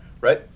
right